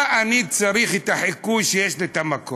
מה אני צריך את החיקוי כשיש לי את המקור?